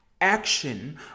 action